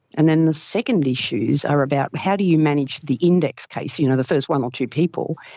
and then the second issues are about how do you manage the index case, you know the first one or two people,